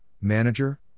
manager